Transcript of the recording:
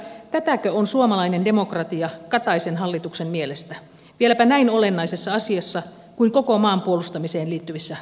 tätäkö on suomalainen demokratia kataisen hallituksen mielestä vieläpä näin olennaisessa asiassa kuin koko maan puolustamiseen liittyvissä ratkaisuissa